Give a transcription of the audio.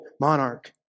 monarch